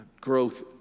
growth